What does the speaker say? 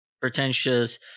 Pretentious